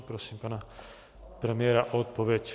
Prosím pana premiéra o odpověď.